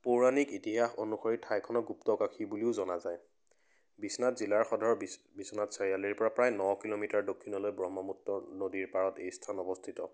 পৌৰাণিক ইতিহাস অনুসৰি ঠাইখনৰ গুপ্তকাশী বুলিও জনা যায় বিশ্বনাথ জিলাৰ সদৰ বিশ্বনাথ চাৰিআালিৰপৰা প্ৰায় ন কিলোমিটাৰ দক্ষিণলৈ ব্ৰহ্মপুত্ৰ নদীৰ পাৰত এই স্থান অৱস্থিত